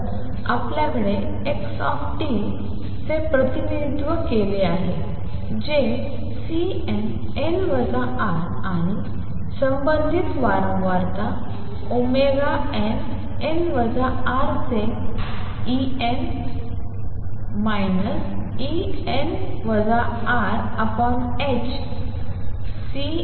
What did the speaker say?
तर आपल्याकडे x चे प्रतिनिधित्व आहे जे Cnn τ आणि संबंधित वारंवारता nn τ चे En En τℏ